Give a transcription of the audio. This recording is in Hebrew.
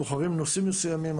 אנחנו בוחרים נושאים מסוימים.